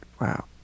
Wow